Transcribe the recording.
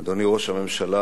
אדוני ראש הממשלה,